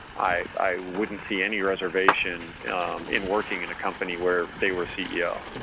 i wouldn't see any reservation in working in a company where they were ceo.